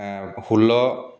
ষোল্ল